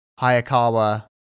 Hayakawa